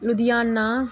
Ludhiana